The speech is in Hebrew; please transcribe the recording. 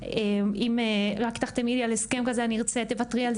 אם רק תחתמי לי על הסכם כזה ותוותרי על זה